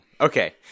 Okay